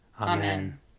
Amen